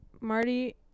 Marty